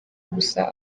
gusa